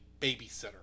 babysitter